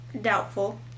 doubtful